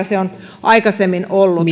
se on aikaisemmin ollut